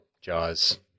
Jaws